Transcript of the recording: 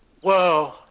Whoa